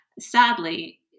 sadly